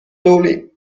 tuli